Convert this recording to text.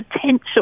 potential